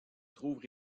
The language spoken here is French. trouvent